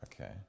Okay